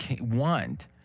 want